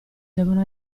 devono